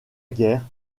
guerre